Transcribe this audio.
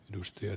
edustaja